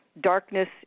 darkness